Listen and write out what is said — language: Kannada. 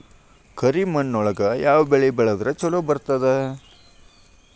ಕರಿಮಣ್ಣೊಳಗ ಯಾವ ಬೆಳಿ ಬೆಳದ್ರ ಛಲೋ ಬರ್ತದ?